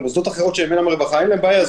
למוסדות אחרים שאינם רווחה אין בעיה,